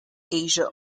asia